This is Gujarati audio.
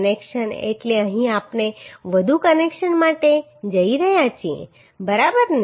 કનેક્શન એટલે અહીં આપણે વધુ કનેક્શન માટે જઈ રહ્યા છીએ બરાબર ને